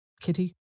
Kitty